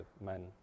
men